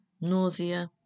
nausea